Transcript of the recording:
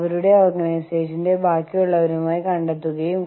homogenisation എന്നാൽ സമാനത സ്ഥാപിക്കൽ